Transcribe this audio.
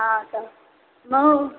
हां आता म